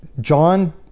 John